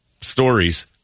stories